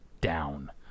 down